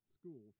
school